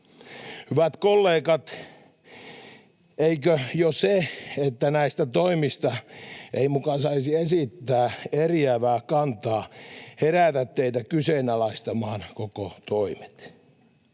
Hyvät kollegat, eikö jo se, että näistä toimista ei muka saisi esittää eriävää kantaa, herätä teitä kyseenalaistamaan koko toimet?